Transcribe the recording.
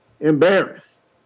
embarrassed